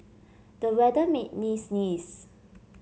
the weather made me sneeze